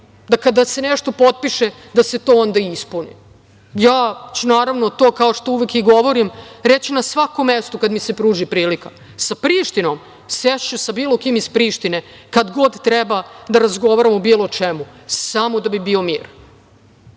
da kad se nešto potpiše da se to onda i ispuni. Ja ću to, naravno, kao što uvek i govorim reći na svakom mestu kada mi se pruži prilika, sa Prištinom sešću sa bilo kim iz Prištine kad god treba da razgovaramo o bilo čemu, samo da bi bio mir. Ali,